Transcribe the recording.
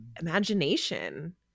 imagination